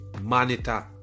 Monitor